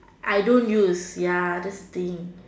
I don't use ya that's the thing